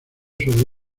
sobre